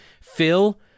Phil